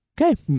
Okay